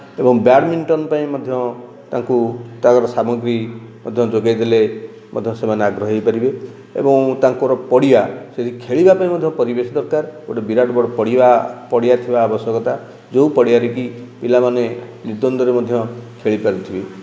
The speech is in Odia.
ଏବଂ ବ୍ୟାଡ଼ମିଟନ ପାଇଁ ମଧ୍ୟ ତାଙ୍କୁ ତାର ସାମଗ୍ରୀ ମଧ୍ୟ ଯୋଗେଇଦେଲେ ମଧ୍ୟ ସେମାନେ ଆଗ୍ରହୀ ହୋଇପାରିବେ ଏବଂ ତାଙ୍କର ପଡ଼ିଆ ଯଦି ଖେଳିବା ପାଇଁ ମଧ୍ୟ ଗୋଟିଏ ପରିବେଶ ଦରକାର ଏକ ବିରାଟ ବଡ଼ ପଡ଼ିଆ ପଡ଼ିଆ ଥିବା ଆବଶ୍ୟକତା ଯେଉଁ ପଡ଼ିଆରେ କି ପିଲାମାନେ ନିଦ୍ୱନ୍ଦରେ ମଧ୍ୟ ଖେଳିପାରୁଥିବେ